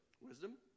Wisdom